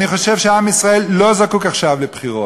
אני חושב שעם ישראל לא זקוק עכשיו לבחירות,